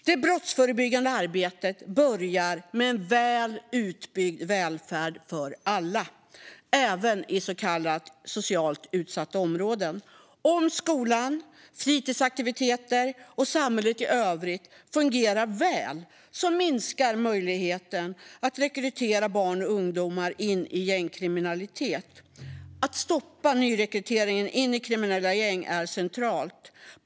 Det brottsförebyggande arbetet börjar med en väl utbyggd välfärd för alla, även i så kallade socialt utsatta områden. Om skolan, fritidsaktiviteterna och samhället i övrigt fungerar väl minskar möjligheterna att rekrytera barn och ungdomar in i gängkriminalitet. Att stoppa nyrekryteringen in i kriminella gäng är centralt.